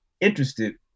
interested